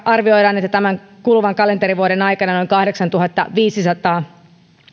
arvioidaan että tämän kuluvan kalenterivuoden aikana noin kahdeksantuhattaviisisataa